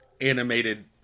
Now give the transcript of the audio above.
animated